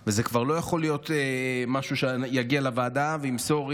וזה כבר לא יכול להיות מישהו שיגיע לוועדה וימסור: הינה,